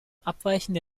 abweichende